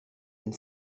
and